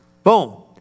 Boom